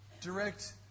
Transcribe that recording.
direct